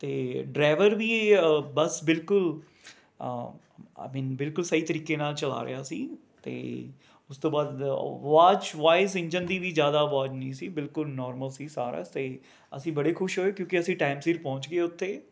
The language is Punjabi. ਅਤੇ ਡਰਾਈਵਰ ਵੀ ਬੱਸ ਬਿਲਕੁਲ ਆਈ ਮੀਨ ਸਹੀ ਤਰੀਕੇ ਨਾਲ ਚਲਾ ਰਿਹਾ ਸੀ ਅਤੇ ਉਸ ਤੋਂ ਬਾਅਦ ਅਵਾਜ਼ ਵਾਈਸ ਇੰਜਨ ਦੀ ਵੀ ਜ਼ਿਆਦਾ ਵਾਈਸ ਨਹੀਂ ਸੀ ਬਿਲਕੁਲ ਨੋਰਮਲ ਸੀ ਸੀ ਸਾਰਾ ਅਤੇ ਅਸੀਂ ਬੜੇ ਖੁਸ਼ ਹੋਏ ਕਿਉਂਕਿ ਅਸੀਂ ਟਾਈਮ ਸਿਰ ਪਹੁੰਚ ਗਏ ਉੱਥੇ